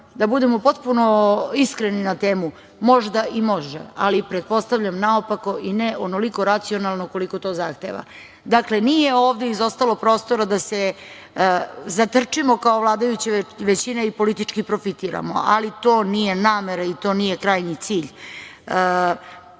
da budemo potpuno iskreni na temu, možda i može, ali pretpostavljam naopako i ne onoliko racionalno koliko to zahteva. Dakle, nije ovde izostalo prostora da se zatrčimo kao vladajuća većina i politički profitiramo, ali to nije namera i to nije krajnji cilj,